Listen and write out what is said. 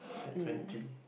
at twenty